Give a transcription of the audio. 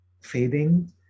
fading